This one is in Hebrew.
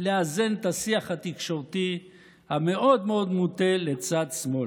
לאזן את השיח התקשורתי המאוד-מאוד מוטה לצד שמאל.